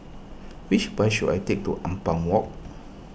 which bus should I take to Ampang Walk